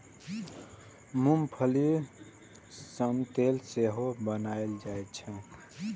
मूंंगफली सं तेल सेहो बनाएल जाइ छै